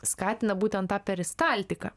skatina būtent tą peristaltiką